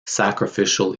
sacrificial